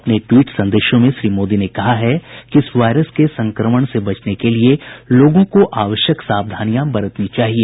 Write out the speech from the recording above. अपने ट्वीट संदेशों में श्री मोदी ने कहा है कि इस वायरस के संक्रमण से बचने के लिये लोगों को आवश्यक सावधानियां बरतनी चाहिए